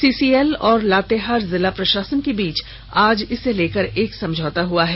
CCL और लातेहार जिला प्रशासन के बीच आज इसे लेकर एक समझौता हुआ है